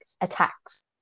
attacks